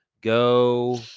go